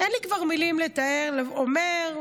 כבר אין לי מילים לתאר, אומר: